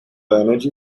energy